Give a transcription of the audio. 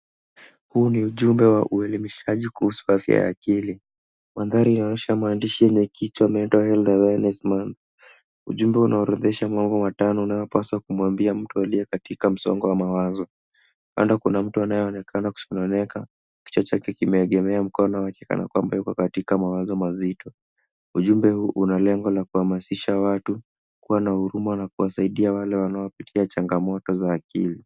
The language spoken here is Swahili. Huu ni ujumbe wa uelimishaji kuhusu afya ya akili. Mandhari inaonyesha maandishi yenye kichwa Mental Health Awareness Month . Ujumbe unaorodhesha mambo matano unayopaswa kumwambia mtu aliye katika msongo wa mawazo. Pale kuna mtu anayeonekana kusononeka, kichwa chake kimeegemea mkono wake kana kwamba yuko katika mawazo mazito. Ujumbe huu una lengo la kuhamasisha watu, kuwa na huruma na kuwasaidia wale wanaopitia changamoto za akili.